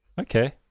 Okay